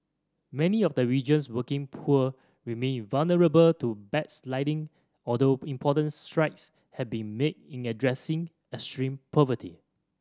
many of the region's working poor remain vulnerable to backsliding although important strides have been made in addressing extreme poverty